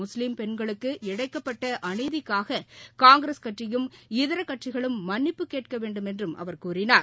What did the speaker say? முஸ்லீம் பெண்களுக்கு இழைக்கப்பட்ட அநீதிக்காக காங்கிரஸ் கட்சியும் இதர கட்சிகளும் மன்னிப்பு கேட்க வேண்டுமென்றும் அவர் கூறினார்